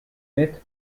myth